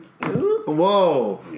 Whoa